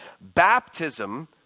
Baptism